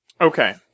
Okay